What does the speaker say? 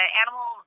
animal